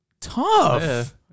Tough